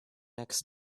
next